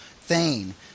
Thane